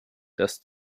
das